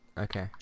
Okay